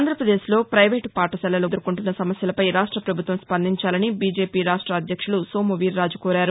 ఆంధ్రప్రదేశ్లో పైవేట్ పాఠశాలలు ఎదుర్కొంటున్న సమస్యలపై రాష్ట్ర పభుత్వం స్పందించాలని బీజేపీ రాష్ట అధ్యక్షులు సోము వీరాజు కోరారు